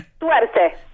suerte